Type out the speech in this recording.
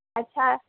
اچھا